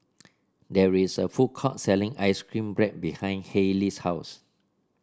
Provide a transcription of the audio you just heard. there is a food court selling ice cream bread behind Hailey's house